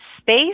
Space